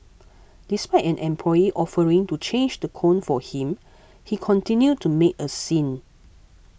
despite an employee offering to change the cone for him he continued to make a scene